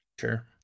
Sure